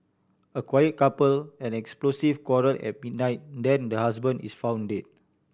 a quiet couple an explosive quarrel at midnight then the husband is found dead